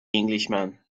englishman